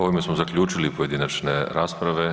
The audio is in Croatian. Ovime smo zaključili pojedinačne rasprave.